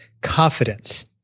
Confidence